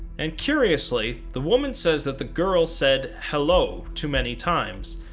and curiously, the woman says that the girl said hello too many times,